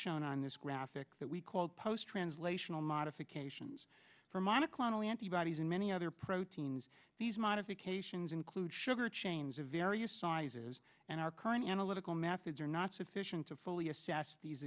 shown on this graphic that we call post translational modifications for monoclonal antibodies and many other proteins these modifications include sugar chains of various sizes and our current analytical methods are not sufficient to fully assess these